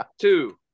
Two